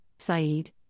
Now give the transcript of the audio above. Saeed